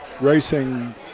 racing